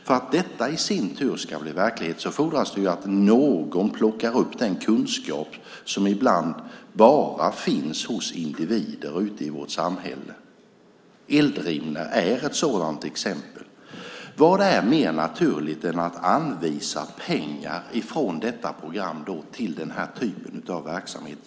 För att det i sin tur ska bli verklighet fordras ju att någon plockar upp den kunskap som ibland bara finns hos individer ute i vårt samhälle. Eldrimner är ett sådant exempel. Vad är mer naturligt än att anvisa pengar från detta program till den här typen av verksamhet?